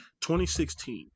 2016